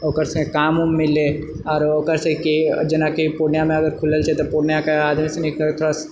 ओकरसँ काम वाम मिललै आरो ओकरसँ कि जेनाकि पूर्णियाँमे अगर खुललछै तऽ पूर्णियाँके आदमी सनिके थोड़ा सा